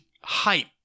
hype